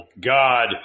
God